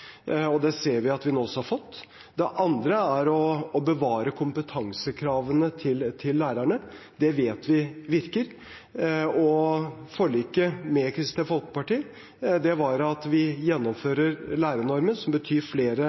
og det ser vi at vi nå har fått. Det andre er å bevare kompetansekravene til lærerne. Det vet vi virker. Forliket med Kristelig Folkeparti innebærer at vi gjennomfører lærernormen, som betyr flere